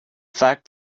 fact